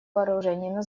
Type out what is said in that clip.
вооружений